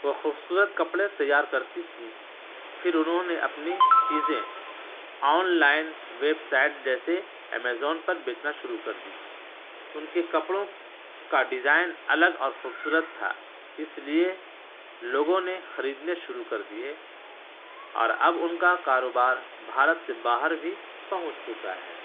وہ خوبصورت کپڑے تیار کرتی تھیں پھر انہوں نے اپنی چیزیں آنلائن ویبسائٹ جیسے امیزون پر بیچنا شروع کر دی ان کے کپڑوں کا ڈیزائن الگ اور خوبصورت تھا اس لیے لوگوں نے خریدنے شروع کر دیے اور اب ان کا کاروبار بھارت سے باہر بھی پہنچ چکا ہے